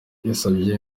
yasabye